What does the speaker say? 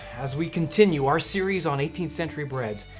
as we continue our series on eighteenth century breads,